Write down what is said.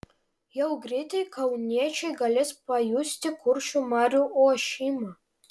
jau greitai kauniečiai galės pajusti kuršių marių ošimą